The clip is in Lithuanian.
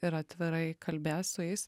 ir atvirai kalbės su jais